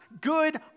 good